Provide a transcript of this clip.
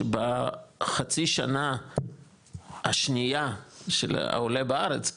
שבחצי שנה השנייה של העולה בארץ,